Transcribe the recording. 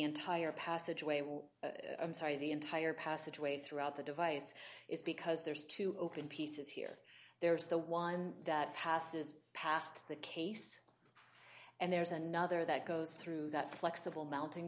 entire passageway will i'm sorry the entire passageway throughout the device is because there's two open pieces here there's the one that passes past the case and there's another that goes through that flexible mounting